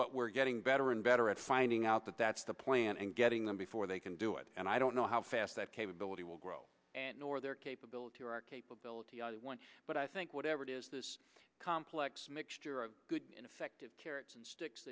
but we're getting better and better at finding out that that's the plan and getting them before they can do it and i don't know how fast that capability will grow nor their capability or our capability but i think whatever it is this complex mixture of good and effective carrots and sticks t